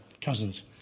cousins